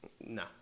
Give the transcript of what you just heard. no